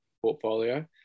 portfolio